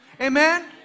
Amen